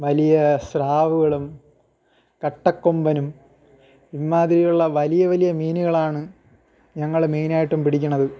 വലിയ സ്രാവുകളും കട്ടക്കൊമ്പനും ഇമ്മാതിരിയുള്ള വലിയ വലിയ മീനുകളാണ് ഞങ്ങൾ മെയ്നായിട്ടും പിടിക്കണത്